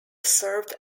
served